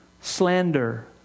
slander